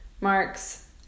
marks